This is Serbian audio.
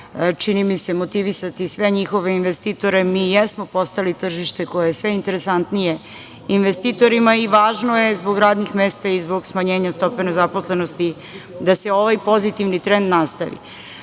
čini mi se, motivisati sve njihove investitore. Mi jesmo postali tržište koje je sve interesantnije investitorima i važno je, zbog radnih mesta i zbog smanjenja stope nezaposlenosti, da se ovaj pozitivni trend nastavi. Svakako